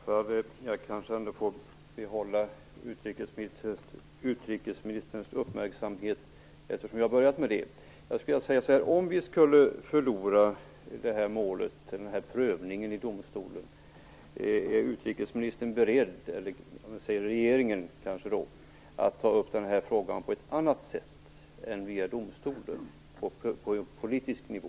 Fru talman! Jag kan kanske ändå få behålla utrikesministerns uppmärksamhet eftersom jag har börjat med det. Om vi skulle förlora den här prövningen i domstolen, är utrikesministern eller regeringen då beredd att ta upp den här frågan på ett annat sätt än via domstolen, på politisk nivå?